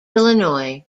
illinois